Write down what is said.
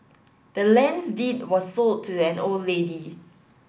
the land's deed was sold to the old lady